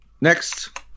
next